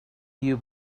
you